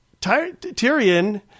Tyrion